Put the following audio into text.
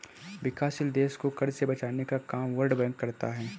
विकासशील देश को कर्ज से बचने का काम वर्ल्ड बैंक करता है